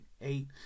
eight